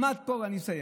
אני מסיים.